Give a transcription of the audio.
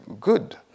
good